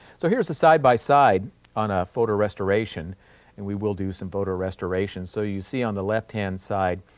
so, here's a side by side on a photo restoration and we will do some photo restorations, so, you see on the left hand side,